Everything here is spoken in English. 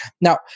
Now